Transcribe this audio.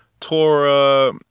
torah